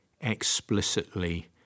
explicitly